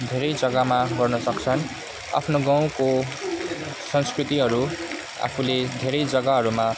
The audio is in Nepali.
धेरै जगामा गर्न सक्छन् आफ्नो गाउँको संस्कृतिहरू आफूले धेरै जगाहरूमा